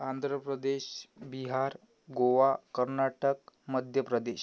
Andhra Pradesh Bihar Goa Karnataka मद्यप्रदेश